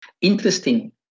Interesting